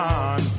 on